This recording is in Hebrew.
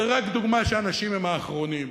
זה רק דוגמה שהאנשים הם האחרונים.